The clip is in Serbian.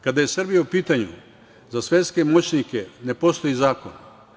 Kada je Srbija u pitanju, za svetske moćnike ne postoji zakon.